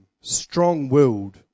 strong-willed